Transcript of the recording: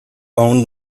own